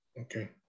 Okay